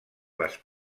les